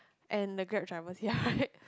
and the Grab drivers here right